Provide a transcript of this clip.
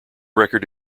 record